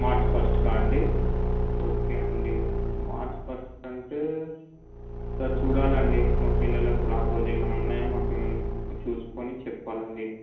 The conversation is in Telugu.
మార్చ్ ఫస్ట్కా అండి ఓకే అండి మార్చ్ ఫస్ట్ అంటే ఓసారి చూడాలి అండి మా పిల్లలకి కూడా ఆరోజు ఏమైనా ఉన్నాయా మాకు ఏమైనా చూసుకొని చెప్పాలి అండి